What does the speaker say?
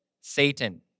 Satan